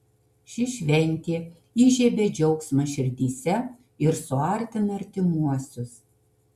ši šventė įžiebia džiaugsmą širdyse ir suartina artimuosius